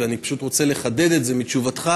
ואני פשוט רוצה לחדד את זה מתשובתך,